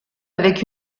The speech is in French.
avec